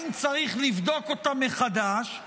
אם צריך לבדוק אותה מחדש,